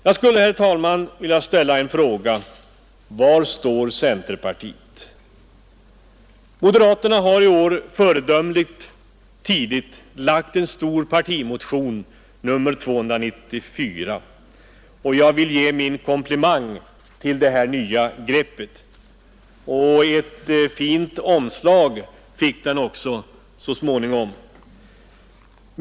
Jag skulle, herr talman, vilja fråga: Var står centerpartiet? Moderaterna har i år föredömligt tidigt väckt en stor partimotion, nr 294. Jag vill ge min komplimang för detta nya grepp. Ett fint omslag fick den också så småningom!